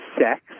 sex